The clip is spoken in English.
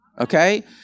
Okay